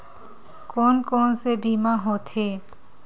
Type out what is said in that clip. कोन कोन से बीमा होथे?